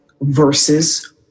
versus